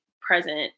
present